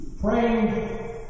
praying